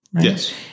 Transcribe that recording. Yes